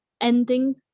ending